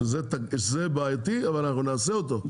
שזה בעייתי אבל אנחנו נעשה אותו,